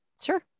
Sure